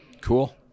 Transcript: cool